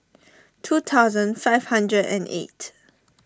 two thousand five hundred and eight